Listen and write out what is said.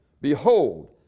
Behold